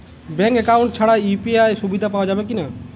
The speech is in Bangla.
ব্যাঙ্ক অ্যাকাউন্ট ছাড়া ইউ.পি.আই সুবিধা পাওয়া যাবে কি না?